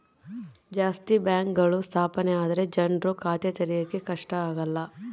ಜಾಸ್ತಿ ಬ್ಯಾಂಕ್ಗಳು ಸ್ಥಾಪನೆ ಆದ್ರೆ ಜನ್ರು ಖಾತೆ ತೆರಿಯಕ್ಕೆ ಕಷ್ಟ ಆಗಲ್ಲ